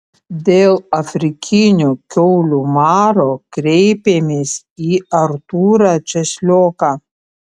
dėl afrikinio kiaulių maro kreipėmės į artūrą česlioką